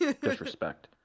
disrespect